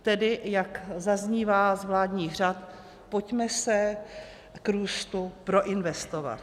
Tedy, jak zaznívá z vládních řad, pojďme se k růstu proinvestovat.